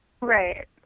Right